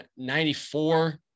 94